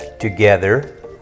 together